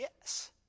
yes